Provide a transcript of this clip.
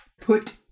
Put